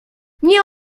nie